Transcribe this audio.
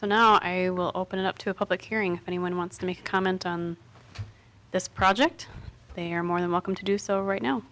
so now i will open it up to a public hearing anyone who wants to make a comment on this project they are more than welcome to do so right now